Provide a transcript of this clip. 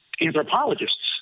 anthropologists